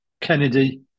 Kennedy